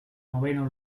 noveno